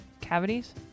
cavities